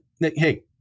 hey